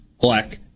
black